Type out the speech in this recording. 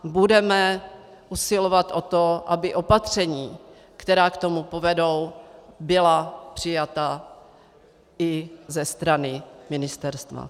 Budeme usilovat o to, aby opatření, která k tomu povedou, byla přijata i ze strany ministerstva.